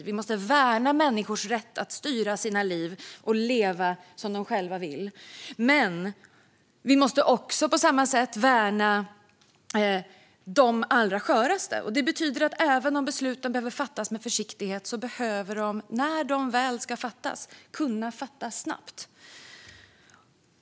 Vi måste värna människors rätt att styra sitt liv och leva som de själva vill. På samma sätt måste vi dock värna de allra sköraste. Det betyder att även om besluten behöver fattas med försiktighet behöver de, när de väl ska fattas, kunna fattas snabbt.